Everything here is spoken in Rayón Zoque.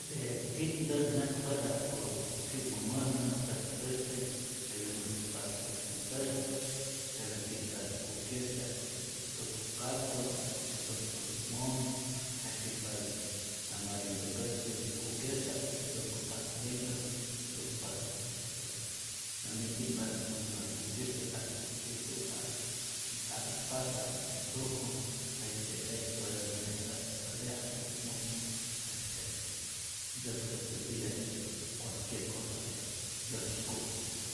De je ki'mtäk mespatä ja'ku ki'mu mäjmä täk'käsi, hay vece wäntzäkpatä äjtyä ntäk, hay vece ki'mpatä kukyasi ja'kutyät ntujku katzu, ja'kutyät ntujku limonh, e ki'mpatät tamarindo käsi kyukyasi ja'kutyä ntujku tamarindo, ntukpatät este, tambien ki'mpatät mäjmä kukyäsytya'p ja'ku ijtu avece apit pasok ja'kutyä ntujku, jet'kyäs jet'kyotatät mespa escalera ja'kutyä musu este ntzäkä äjtyä ntitya'p de cualquier cosa de yoskupä.